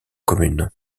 commune